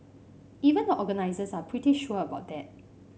even the organisers are pretty sure about that